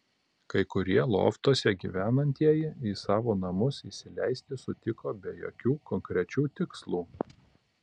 kai kurie loftuose gyvenantieji į savo namus įsileisti sutiko be jokių konkrečių tikslų